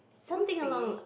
we'll see